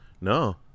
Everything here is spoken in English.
No